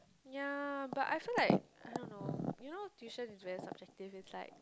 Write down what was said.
ya but I feel like I don't know you know tuition is very subjective is like